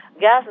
gas